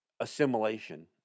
Assimilation